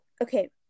okay